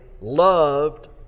loved